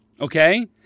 Okay